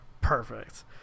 Perfect